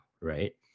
right